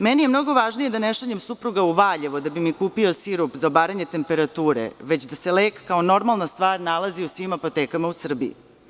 Meni je mnogo važnije da ne šaljem supruga u Valjevo da bi mi kupio sirup za obaranje temperature, već da se lek, kao normalna stvar, nalazi u svim apotekama u Srbiji.